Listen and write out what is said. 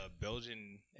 Belgian